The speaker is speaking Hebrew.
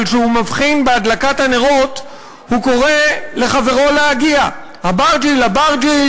אבל כשהוא מבחין בהדלקת הנרות הוא קורא לחברו להגיע: אברג'יל,